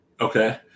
Okay